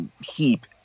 heap